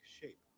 shape